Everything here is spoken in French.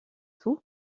tout